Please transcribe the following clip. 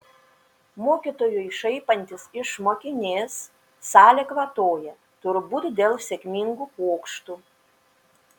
mokytojui šaipantis iš mokinės salė kvatoja turbūt dėl sėkmingų pokštų